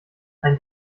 ein